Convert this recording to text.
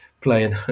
playing